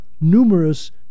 numerous